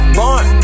born